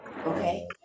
Okay